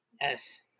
Yes